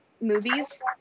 movies